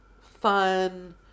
fun